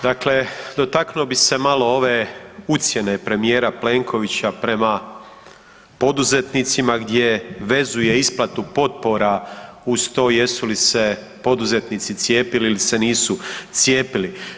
Dakle, dotaknuo bih se malo ove ucjene premijera Plenkovića prema poduzetnicima gdje vezuje isplatu potpora uz to jesu li se poduzetnici cijepili ili se nisu cijepili.